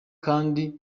kandi